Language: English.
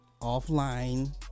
offline